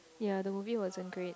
ya the movie wasn't great